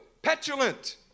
Petulant